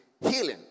healing